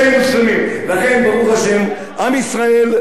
לכן, ברוך השם, עם ישראל, היא לא מדינה.